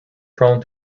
prone